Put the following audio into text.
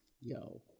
yo